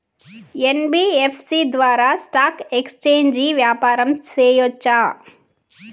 NBFC ద్వారా stock exchange వ్యాపారం సేయొచ్చా?